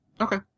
Okay